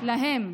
להם.